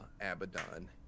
Abaddon